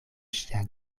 ŝia